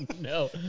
no